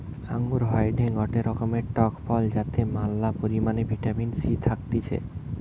আঙ্গুর হয়টে গটে রকমের টক ফল যাতে ম্যালা পরিমাণে ভিটামিন সি থাকতিছে